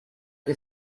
que